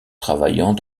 travaillant